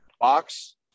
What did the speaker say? box